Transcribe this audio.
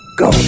go